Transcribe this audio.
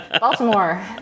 Baltimore